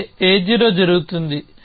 అంటే A0 జరుగుతుంది